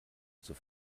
zur